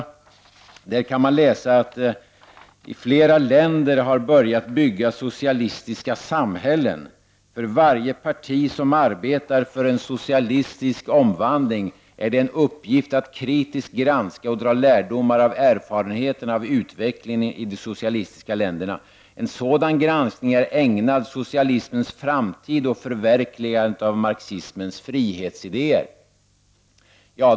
I det programmet kan man läsa att det i flera länder har börjat byggas socialistiska samhällen. För varje parti som arbetar för en socialistisk omvandling är det en uppgift att kritiskt granska och dra lärdom av erfarenheterna av utvecklingen i de socialistiska länderna. En sådan granskning är ägnad socialismens framtid och förverkligandet av marxismens frihetsidéer.